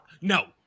No